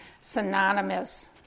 synonymous